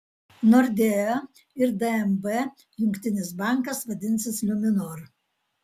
nordea ir dnb jungtinis bankas vadinsis luminor